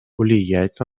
влиять